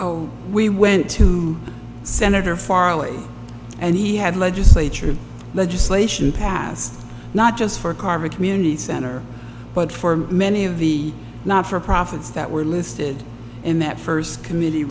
oh we went to senator farley and he had legislature legislation passed not just for carver community center but for many of the not for profits that were listed in that first comm